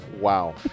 Wow